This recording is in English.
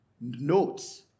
Notes